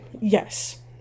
yes